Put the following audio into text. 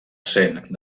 cent